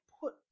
put